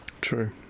True